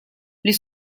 les